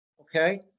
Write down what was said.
Okay